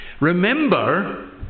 Remember